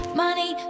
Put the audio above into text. money